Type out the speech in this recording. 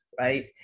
right